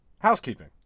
housekeeping